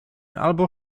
albo